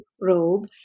robe